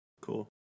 Cool